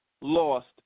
lost